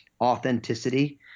authenticity